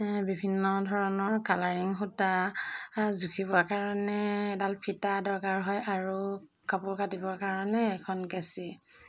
বিভিন্ন ধৰণৰ কালাৰিং সূতা জুখিবৰ কাৰণে এডাল ফিটা দৰকাৰ হয় আৰু কাপোৰ কাটিবৰ কাৰণে এখন কেঁচি